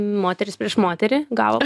moteris prieš moterį gal